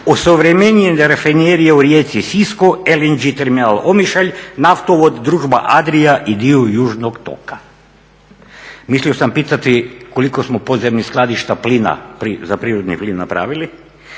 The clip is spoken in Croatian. suvremenije rafinerije u Rijeci, Sisku, LNG terminal Omišalj, naftovod Družba Adria i dio južnog toka. Mislio sam pitati koliko smo podzemnih skladišta plina za prirodni plin napravili?